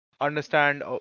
understand